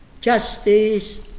justice